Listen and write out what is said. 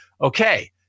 okay